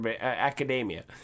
Academia